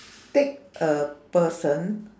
take a person